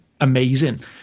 amazing